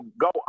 go